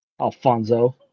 Alfonso